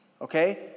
Okay